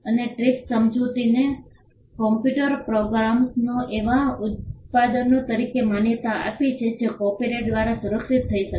અને ટ્રીપ્સ સમજૂતીએ કમ્પ્યુટર પ્રોગ્રામ્સને એવા ઉત્પાદનો તરીકે માન્યતા આપી કે જે કોપિરાઇટ દ્વારા સુરક્ષિત થઈ શકે